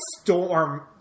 Storm